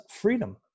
freedom